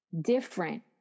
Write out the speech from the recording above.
different